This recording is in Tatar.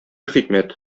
хикмәт